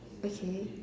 okay